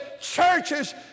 churches